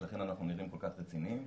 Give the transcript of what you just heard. לכן אנחנו נראים כל-כך רציניים,